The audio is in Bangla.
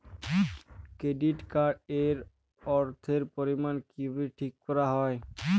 কেডিট কার্ড এর অর্থের পরিমান কিভাবে ঠিক করা হয়?